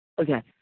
okay